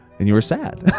and you were sad.